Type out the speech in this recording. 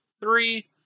three